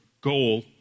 goal